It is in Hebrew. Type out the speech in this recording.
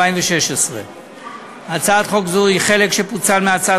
התשע"ו 2016. הצעת חוק זו היא חלק שפוצל מהצעת